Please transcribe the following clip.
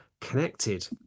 connected